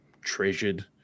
treasured